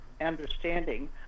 understanding